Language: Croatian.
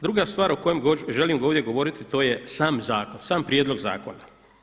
Druga stvar o kojoj želim ovdje govoriti to je sam zakon, sam prijedlog zakona.